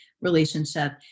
relationship